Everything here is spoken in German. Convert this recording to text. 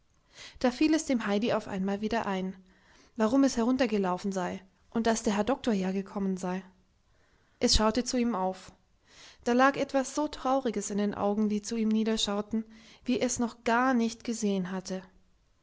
da fiel es dem heidi auf einmal wieder ein warum es heruntergelaufen sei und daß der herr doktor ja gekommen sei es schaute zu ihm auf da lag etwas so trauriges in den augen die zu ihm niederschauten wie es noch gar nicht gesehen hatte